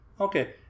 Okay